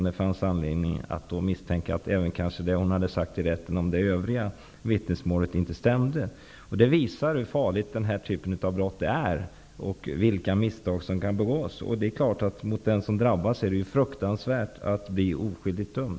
Det fanns anledning att misstänka att också det hon sagt i rätten i övrigt inte stämde. Det visar hur farlig denna typ av brott är och vilka misstag som kan begås. För den som drabbas är det fruktansvärt att bli oskyldigt dömd.